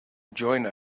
join